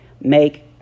make